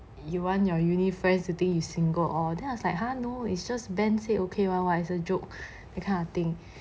you want your uni friends to think you single or then I was like !huh! no it's just ben say okay [one] [what] is a joke that kind of thing